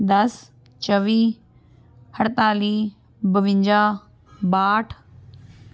ਦਸ ਚੌਵੀ ਅਠਤਾਲੀ ਬਵੰਜਾ ਬਾਹਠ